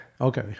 Okay